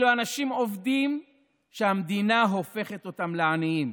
אלו אנשים עובדים שהמדינה הופכת אותם לעניים.